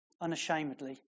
Unashamedly